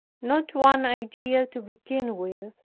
not one idea to begin with.